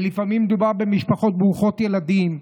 ולפעמים מדובר על משפחות ברוכות ילדים,